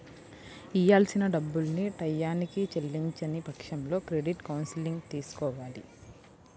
ఇయ్యాల్సిన డబ్బుల్ని టైయ్యానికి చెల్లించని పక్షంలో క్రెడిట్ కౌన్సిలింగ్ తీసుకోవాలి